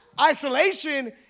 Isolation